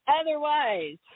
Otherwise